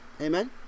amen